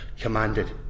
commanded